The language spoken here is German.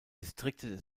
distrikte